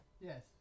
Yes